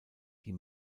die